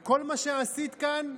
כל מה שעשית כאן,